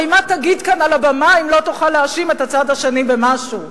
הרי מה תגיד כאן על הבמה אם לא תוכל להאשים את הצד השני במשהו?